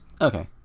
Okay